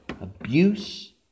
abuse